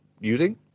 using